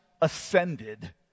ascended